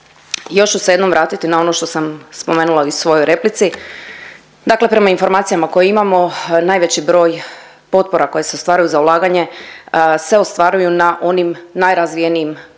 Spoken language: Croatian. Još ću se jednom vratiti na ono to sam spomenula i u svojoj replici, dakle prema informacijama koje imamo, najveći broj potpora koje se ostvaruju za ulaganje se ostvaruju na onim najrazvijenijim područjima